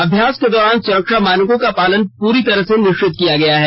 अभ्यास के दौरान सुरक्षा मानकों का पालन पूरी तरह से निश्चित किया गया है